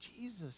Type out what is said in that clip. Jesus